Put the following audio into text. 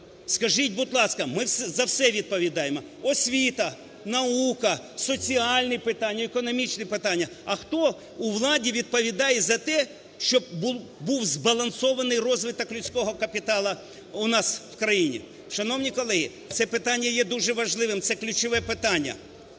Скажіть, будь ласка, ми за все відповідаємо: освіта, наука, соціальні питання, економічні питання, - а хто у владі відповідає за те, щоб був збалансований розвиток людського капіталу у нас в країні? Шановні колеги, це питання є дуже важливим, це ключове питання,